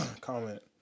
comment